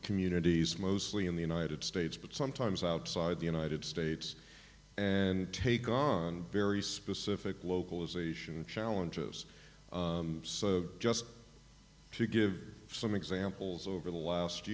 communities mostly in the united states but sometimes outside the united states and take on very specific localization challenges so just to give some examples over the last